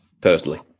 personally